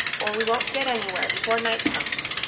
or we won't get anywhere before night comes.